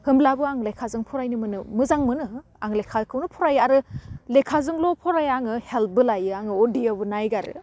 होनब्लाबो आं लेखाजों फरायनो मोनो मोजां मोनो आं लेखाखौनो फराययो आरो लेखाजोंल' फराया आङो हेल्पबो लायो आङो उन्दैआवबो नायगारो